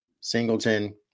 Singleton